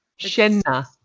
Shenna